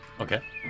Okay